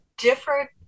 different